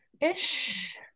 ish